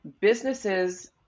Businesses